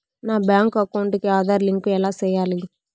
నా bank account కి Aadhaar link ఎలా సేయాలి